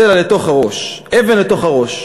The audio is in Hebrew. סלע לתוך הראש" אבן לתוך הראש,